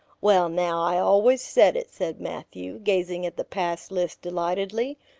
well now, i always said it, said matthew, gazing at the pass list delightedly.